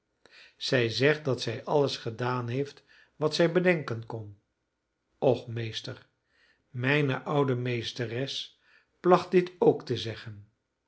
zij zegt dat zij alles gedaan heeft wat zij bedenken kon och meester mijne oude meesteres placht dit ook te zeggen